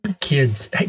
kids